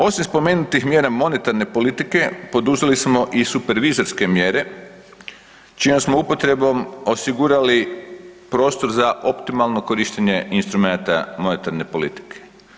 Osim spomenutih mjera monetarne politike poduzeli smo i supervizorske mjere čijom smo upotrebom osigurali prostor za optimalno korištenje instrumenata monetarne politike.